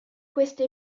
questo